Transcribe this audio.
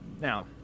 Now